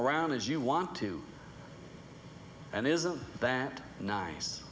around as you want to and isn't that nice